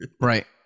Right